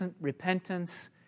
repentance